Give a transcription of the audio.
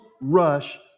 rush